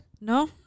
No